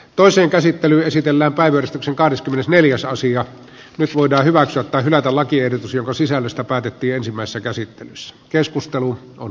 toisen käsittely esitellä päivystyksen kahdeskymmenesneljäsosia nyt voidaan hyväksyä tai hylätä lakiehdotus jonka sisällöstä päätettiin ensimmäisessä käsittelyssä keskustelu on